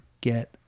get